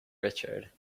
richard